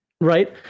Right